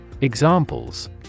Examples